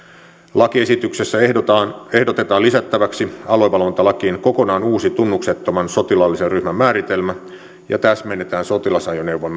lakiesityksessä ehdotetaan ehdotetaan lisättäväksi aluevalvontalakiin kokonaan uusi tunnuksettoman sotilaallisen ryhmän määritelmä ja täsmennetään sotilasajoneuvon